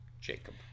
Jacob